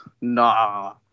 Nah